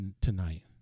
tonight